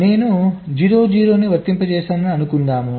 కాబట్టి నేను 0 0 ను వర్తింపజేస్తానని అనుకుందాం